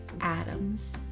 Adams